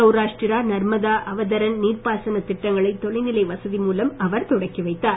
சவுராஷ்டிரா நர்மதா அவதரண் நீர்பாசன திட்டங்களை தொலைநிலை வசதி மூலம் அவர் தொடக்கி வைத்தார்